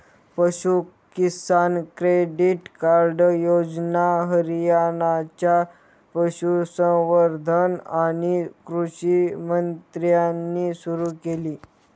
पशु किसान credit card योजना हरियाणाच्या पशुसंवर्धन आणि कृषी मंत्र्यांनी सुरू केली